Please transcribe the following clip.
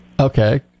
Okay